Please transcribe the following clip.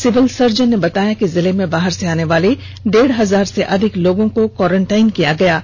civil surgeon बताया कि जिले में बाहर से आने वाले डेढ़ हजार से अधिक लोगों का क्वारेंटाइन किया गया है